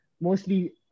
Mostly